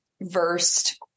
versed